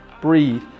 Breathe